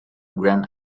grand